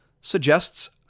suggests